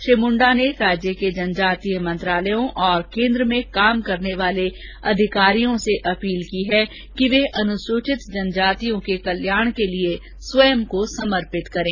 श्री मुंडा ने राज्य के जनजातीय मंत्रालयों और केंद्र में काम करने वाले अधिकारियों से अर्पील की है कि वे अनुसूचित जनजातियों के कल्याण के लिए स्वयं को समर्पित करें